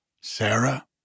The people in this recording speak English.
Sarah